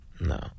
No